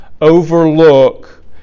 overlook